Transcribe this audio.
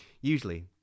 usually